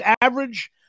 average